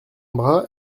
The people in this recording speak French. bras